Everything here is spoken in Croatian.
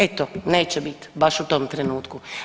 Eto, neće biti baš u tom trenutku.